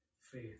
faith